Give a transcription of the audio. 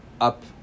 up